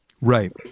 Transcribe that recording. Right